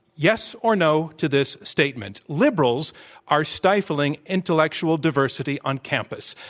yes, or, no, to this statement, liberals are stifling intellectual diversity on campus,